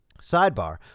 sidebar